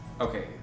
Okay